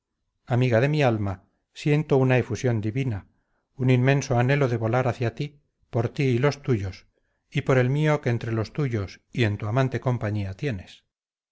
amiga de mi alma siento una efusión divina un inmenso anhelo de volar hacia ti por ti y los tuyos y por el mío que entre los tuyos y en tu amante compañía tienes